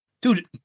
Dude